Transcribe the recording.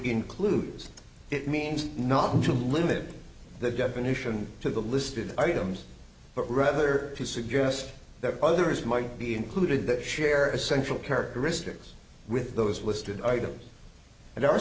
includes it means not to limit the definition to the listed items but rather to suggest that others might be included that share essential characteristics with those listed items and our